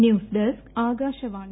news desk Akashvani